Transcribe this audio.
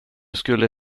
skulle